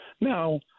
Now